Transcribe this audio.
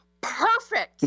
perfect